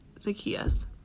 Zacchaeus